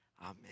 Amen